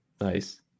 Nice